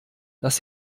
dass